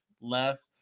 left